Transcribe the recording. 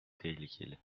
tehlikeli